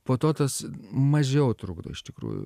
po to tas mažiau trukdo iš tikrųjų